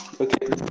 Okay